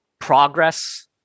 progress